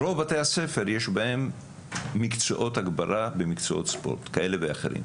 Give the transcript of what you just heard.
ברוב בתי הספר יש מקצועות מוגברים במקצועות ספורט כאלה ואחרים.